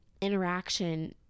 interaction